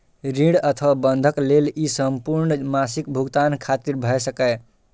ऋण अथवा बंधक लेल ई संपूर्ण मासिक भुगतान खातिर भए सकैए